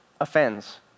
offends